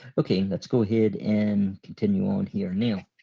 okay let's go ahead and continue on here now.